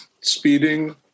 speeding